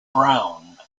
brown